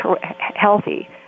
healthy